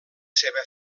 seva